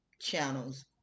channels